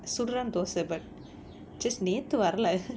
சசுடுரேன் தோச:suduraen thosa but just நேத்து வரல:nethu varala